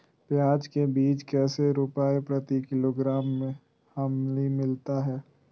प्याज के बीज कैसे रुपए प्रति किलोग्राम हमिलता हैं?